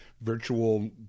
virtual